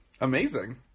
Amazing